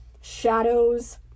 shadows